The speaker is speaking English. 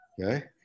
Okay